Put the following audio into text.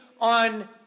on